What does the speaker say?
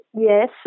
Yes